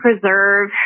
preserve